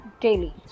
daily